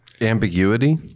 Ambiguity